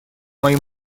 моим